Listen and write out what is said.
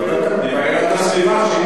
אנחנו בכנסת, לא בכיתה מופרעת.